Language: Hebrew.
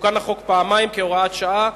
תוקן החוק פעמיים כהוראת שעה,